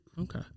Okay